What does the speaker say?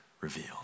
revealed